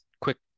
quick